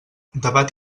debat